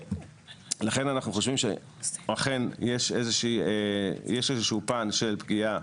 לכן אנחנו חושבים שאכן יש איזה שהוא פן של פגיעה